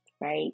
right